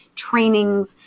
trainings.